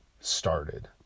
started